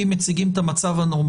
מישהו הצהיר על הילדים שלו כאזרחים